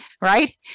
right